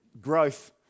growth